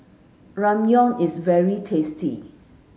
Ramyeon is very tasty